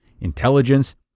intelligence